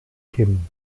kim